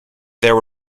there